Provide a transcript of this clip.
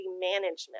management